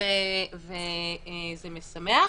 וזה משמח.